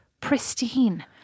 pristine